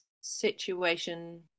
situation